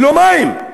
ללא מים?